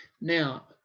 Now